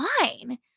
fine